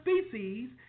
species